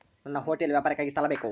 ನನ್ನ ಹೋಟೆಲ್ ವ್ಯಾಪಾರಕ್ಕಾಗಿ ಸಾಲ ಬೇಕು